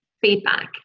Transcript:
feedback